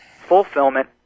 fulfillment